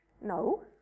no